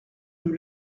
nous